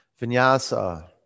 Vinyasa